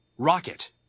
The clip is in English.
Rocket